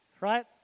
right